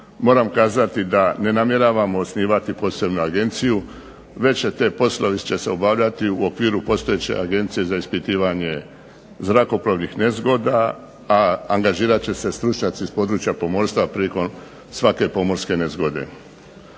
Moram kazati da ne namjeravamo osnivati posebnu agenciju već će te poslovi će se obavljati u okviru postojeće Agencije za ispitivanje zrakoplovnih nezgoda, a angažirat će se stručnjaci iz područja pomorstva prilikom svake pomorske nezgode.